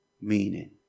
meaning